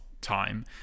time